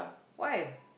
why